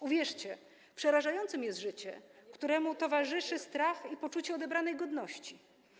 Uwierzcie, przerażające jest życie, któremu towarzyszy strach i poczucie odebranej godności.